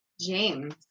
James